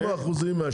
באחוזים,